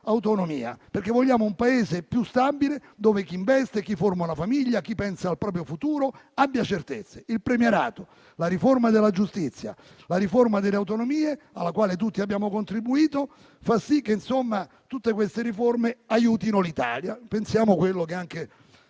dell'autonomia, perché vogliamo un Paese più stabile, dove chi investe, chi forma una famiglia o chi pensa al proprio futuro abbia certezze. Il premierato, la riforma della giustizia e la riforma delle autonomie, alla quale tutti abbiamo contribuito, fanno sì che tutte queste riforme aiutino l'Italia. Pensiamo quello che anche